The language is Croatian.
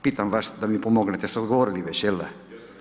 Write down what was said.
Pitam vas da mi pomognete, vi ste odgovorili već, jel da?